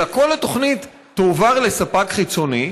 אלא כל התוכנית תועבר לספק חיצוני.